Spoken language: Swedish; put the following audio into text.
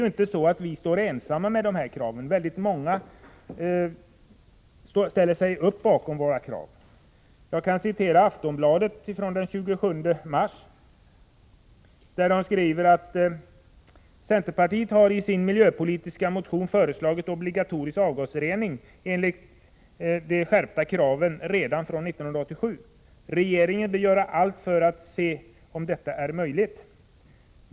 Vi står inte ensamma med dessa krav, utan väldigt många ställer sig bakom våra krav. Jag kan citera Aftonbladet från den 27 mars 1985. Där skrivs: ”Centerpartiet har i sin miljöpolitiska motion föreslagit obligatorisk avgasrening enligt de skärpta kraven redan från 1987. Regeringen bör göra allt för att se om det är möjligt.